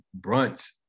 brunch